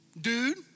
dude